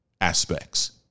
aspects